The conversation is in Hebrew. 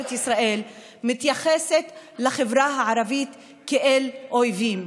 ישראל מתייחסת לחברה הערבית כאל אויבים.